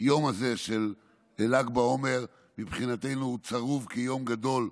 היום הזה של ל"ג בעומר מבחינתנו הוא צרוב כיום גדול,